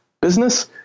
business